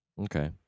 okay